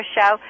show